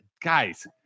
guys